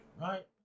right